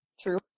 True